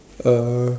(uh huh)